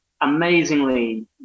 amazingly